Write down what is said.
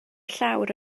llawr